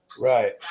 Right